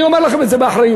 אני אומר לכם את זה באחריות.